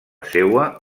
seua